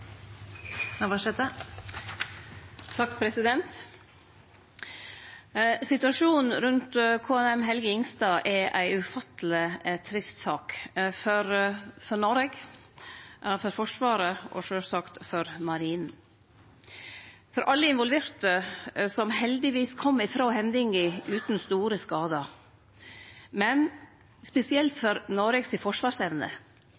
ei ufatteleg trist sak – for Noreg, for Forsvaret og sjølvsagt for Marinen, for alle involverte, som heldigvis kom frå hendinga utan store skader, men spesielt